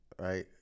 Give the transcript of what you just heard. right